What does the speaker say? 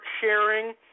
sharing